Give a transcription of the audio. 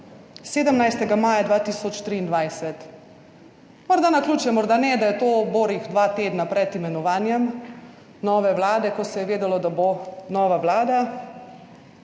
17. maja 2023, morda naključje, morda ne, da je to borih dva tedna pred imenovanjem nove vlade, ko se je vedelo, da bo nova vlada,